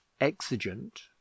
exigent